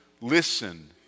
listen